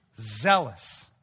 zealous